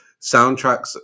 soundtracks